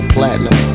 Platinum